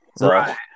Right